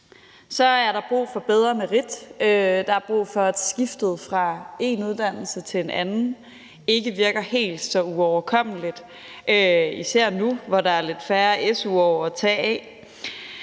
Så er der brug for bedre merit, der er brug for, at skiftet fra én uddannelse til en anden ikke virker helt så uoverkommeligt, især nu, hvor der er lidt færre su-år at tage af.